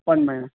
appointment